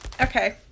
Okay